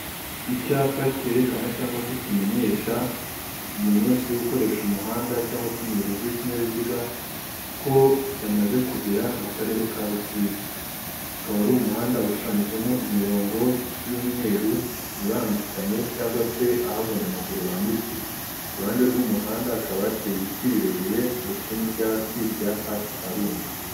Icyapa cyerekana cyangwa se kimenyesha umuntu wese uri gukoresha umuhanda cyangwa se umuyobozi w'ikinyabiziga ko yamaze kugera mu karere ka Rusizi. Akaba ari umuhanda ushushanyijemo imirongo y'umweru ibangikanye cyangwa se aho abanyamaguru bambukira. Ku ruhande rw'umuhanda hakaba hateye ibiti birebire ndetse n'ibyatsi bya pasiparumu.